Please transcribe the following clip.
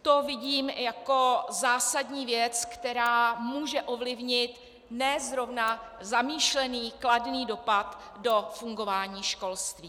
To vidím jako zásadní věc, která může ovlivnit ne zrovna zamýšlený kladný dopad do fungování školství.